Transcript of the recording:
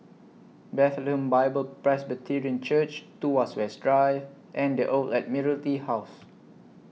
Bethlehem Bible Presbyterian Church Tuas West Drive and The Old Admiralty House